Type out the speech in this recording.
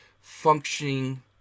functioning